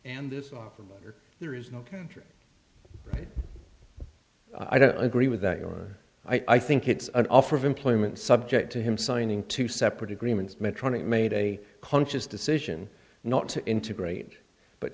and there's often there is no country i don't agree with that you or i think it's an offer of employment subject to him signing two separate agreements medtronic made a conscious decision not to integrate but